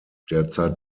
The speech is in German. derzeit